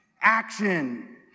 action